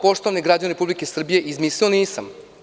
Poštovani građani Republike Srbiji, ovo izmislio nisam.